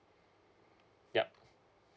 yup